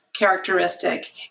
characteristic